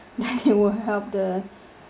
that they will help the